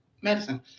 medicine